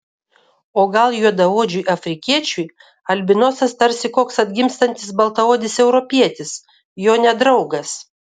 o gal juodaodžiui afrikiečiui albinosas tarsi koks atgimstantis baltaodis europietis jo nedraugas